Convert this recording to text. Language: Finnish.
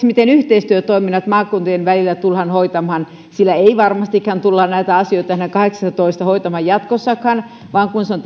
miten yhteistyötoiminnat maakuntien välillä tullaan hoitamaan sillä ei varmastikaan tulla näitä asioita kahdeksassatoista hoitamaan jatkossakaan vaan kun se on